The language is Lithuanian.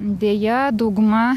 deja dauguma